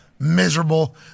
Miserable